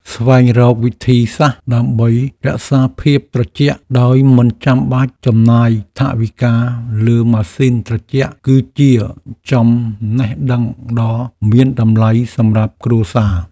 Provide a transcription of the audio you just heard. ស្វែងរកវិធីសាស្ត្រដើម្បីរក្សាភាពត្រជាក់ដោយមិនចាំបាច់ចំណាយថវិកាលើម៉ាស៊ីនត្រជាក់គឺជាចំណេះដឹងដ៏មានតម្លៃសម្រាប់គ្រួសារ។